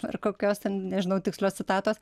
ar kokios ten nežinau tikslios citatos